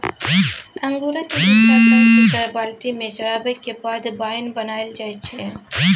अंगुरक गुच्छा काटि कए बाल्टी मे सराबैक बाद बाइन बनाएल जाइ छै